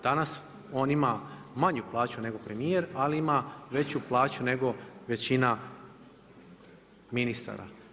Danas, on ima manju plaću nego premjer, ali ima veću plaću nego većina ministara.